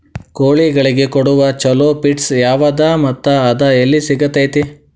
ಕೋಳಿಗಳಿಗೆ ಕೊಡುವ ಛಲೋ ಪಿಡ್ಸ್ ಯಾವದ ಮತ್ತ ಅದ ಎಲ್ಲಿ ಸಿಗತೇತಿ?